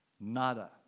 nada